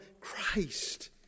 Christ